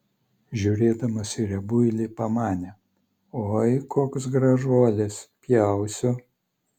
žiūrėdamas į riebuilį pamanė oi koks gražuolis pjausiu